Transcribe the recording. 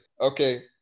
okay